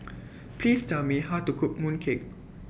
Please Tell Me How to Cook Mooncake